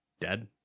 Dead